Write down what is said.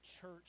church